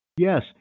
Yes